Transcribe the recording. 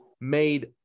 made